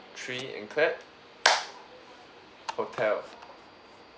three and clap hotel